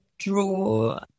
draw